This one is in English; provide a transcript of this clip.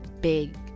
big